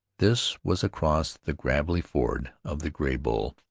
this was across the gravelly ford of the graybull,